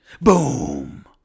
Boom